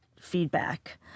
feedback